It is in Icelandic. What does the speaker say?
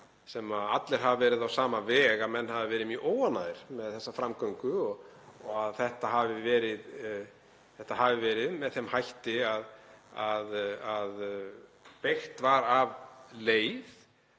sem allir hafa verið á sama veg, menn hafa verið mjög óánægðir með þessa framgöngu, þetta hafi verið með þeim hætti að beygt var af leið